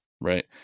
right